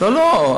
לא, לא.